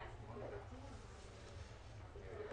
הם נזקקים?